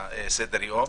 מסדר-היום,